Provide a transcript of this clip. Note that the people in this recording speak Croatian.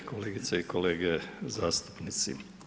Kolegice i kolege zastupnici.